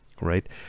right